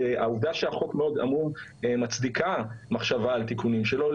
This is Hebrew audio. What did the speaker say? שהעובדה שהחוק מאוד עמום מצדיקה מחשבה על תיקונים שלו.